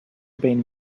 been